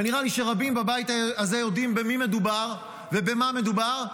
ונראה לי שרבים בבית הזה יודעים במי מדובר ובמה מדובר,